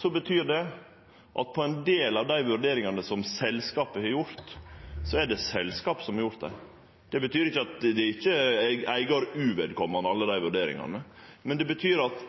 Så betyr det at ein del av dei vurderingane som selskapet har gjort, er det altså selskapet som har gjort. Det betyr ikkje at alle dei vurderingane er eigar uvedkomande, men det betyr at